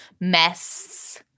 mess